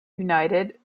united